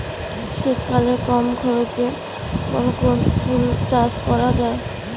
শীতকালে কম খরচে কোন কোন ফুল চাষ করা য়ায়?